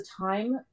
time